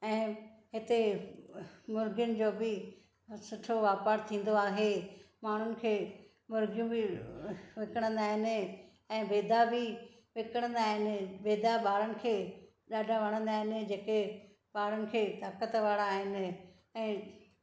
ऐं हिते मुर्गियुनि जो बि सुठो वापारु थींदो आहे माण्हुनि खे मुर्गियूं बि विकणंदा आहिनि ऐं बेदा बि विकणंदा आहिनि बेदा ॿारनि खे ॾाढा वणंदा आहिनि जेके ॿारनि खे ताकत वारा आहिनि ऐं